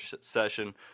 session